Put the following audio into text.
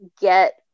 get